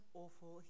awful